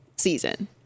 season